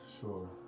sure